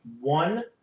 one